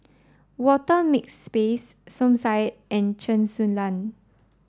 Walter Makepeace Som Said and Chen Su Lan